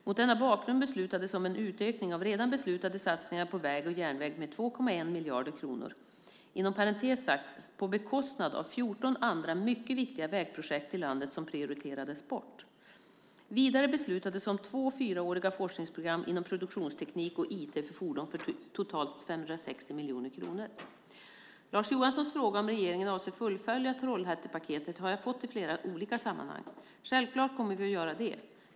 Mot denna bakgrund beslutades om en utökning av redan beslutade satsningar på väg och järnväg med 2,1 miljarder kronor . Vidare beslutades om två fyraåriga forskningsprogram inom produktionsteknik och IT för fordon för totalt 560 miljoner kronor. Lars Johanssons fråga om regeringen avser att fullfölja Trollhättepaketet har jag fått i flera olika sammanhang. Självklart kommer vi att göra det.